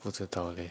不知道 leh